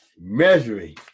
measuring